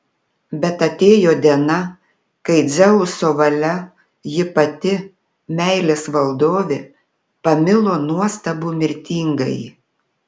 bet atėjo diena kai dzeuso valia ji pati meilės valdovė pamilo nuostabų mirtingąjį